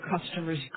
customers